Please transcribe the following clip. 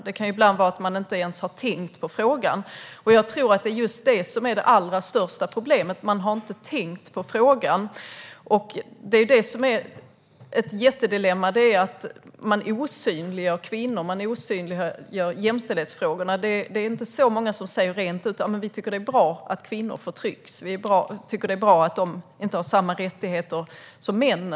Det kan ibland vara så att man inte ens har tänkt på frågan. Jag tror att det är just det som är det allra största problemet. Det är ett stort dilemma att man osynliggör kvinnor och jämställdhetsfrågorna. Det är inte så många som säger rent ut att de tycker att det är bra att kvinnor förtrycks och att kvinnor inte har samma rättigheter som män.